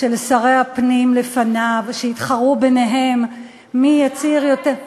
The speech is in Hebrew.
של שרי הפנים לפניו, שהתחרו ביניהם מי יצהיר יותר,